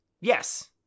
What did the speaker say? Yes